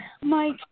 Mike